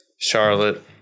Charlotte